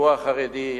הציבור החרדי,